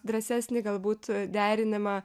drąsesnį galbūt derinimą